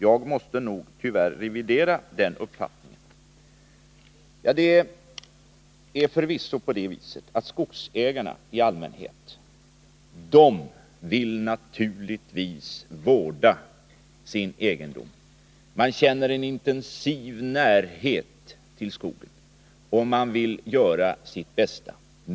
Jag måste nog tyvärr revidera den uppfattningen.” Det är förvisso så att skogsägarna i allmänhet naturligtvis vill vårda sin egendom. De känner en intensiv närhet till skogen, och de vill göra sitt bästa.